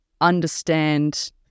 understand